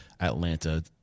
Atlanta